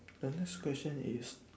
the next question is